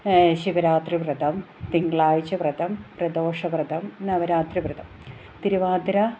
ശിവരാത്രിവ്രതം തിങ്കളാഴ്ച്ചവ്രതം പ്രദോഷവ്രതം നവരാത്രിവ്രതം തിരുവാതിര